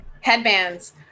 Headbands